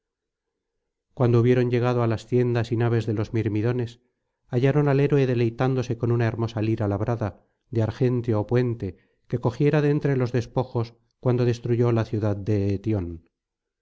cuando hubieron llegado á las tiendas y naves de los mirmidones hallaron al héroe deleitándose con una hermosa lira labrada de argénteo puente que cogiera de entre los despojos cuando destruyó la ciudad de